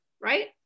right